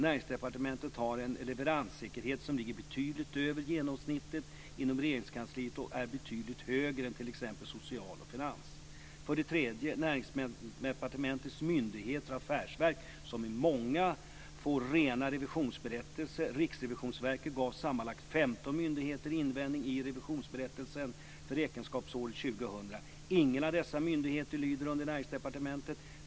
Näringsdepartementet har en leveranssäkerhet som ligger betydligt över genomsnittet inom Regeringskansliet. Den är betydligt högre än hos t.ex. Socialdepartementet och Finansdepartementet. 3. Näringsdepartementets myndigheter och affärsverk, som är många, får rena revisionsberättelser. Riksrevisionsverket gav sammanlagt 15 myndigheter invändning i revisionsberättelsen för räkenskapsåret 2000. Ingen av dessa myndigheter lyder under Näringsdepartementet.